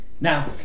Now